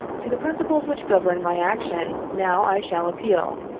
to the principles which govern my action now i shall appeal,